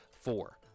four